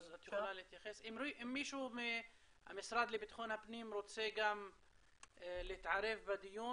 אם מישהו מהמשרד לבטחון פנים רוצה גם להתערב בדיון